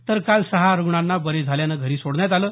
तर काल सहा रुग्णांना बरे झाल्यानं घरी सोडण्यात आलं